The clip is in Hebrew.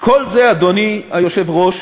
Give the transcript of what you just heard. כל זה, אדוני היושב-ראש,